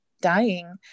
dying